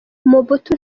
mobutu